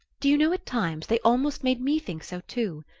do you know, at times, they almost made me think so too?